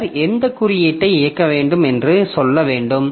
பின்னர் எந்த குறியீட்டை இயக்க வேண்டும் என்று சொல்ல வேண்டும்